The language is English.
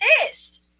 pissed